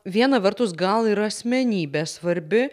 viena vertus gal yra asmenybė svarbi